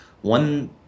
one